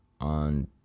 on